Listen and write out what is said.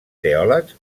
teòlegs